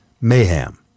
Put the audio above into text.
mayhem